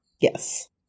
Yes